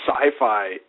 sci-fi